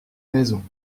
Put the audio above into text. maisons